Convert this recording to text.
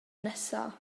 nesaf